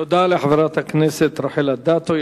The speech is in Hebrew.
תודה לחברת הכנסת רחל אדטו.